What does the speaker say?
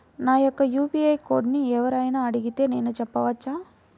నా యొక్క యూ.పీ.ఐ కోడ్ని ఎవరు అయినా అడిగితే నేను చెప్పవచ్చా?